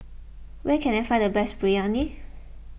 where can I find the best Biryani